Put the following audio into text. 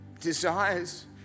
desires